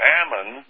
Ammon